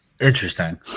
Interesting